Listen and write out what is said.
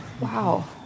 Wow